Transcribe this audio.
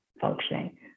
functioning